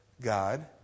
God